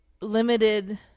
limited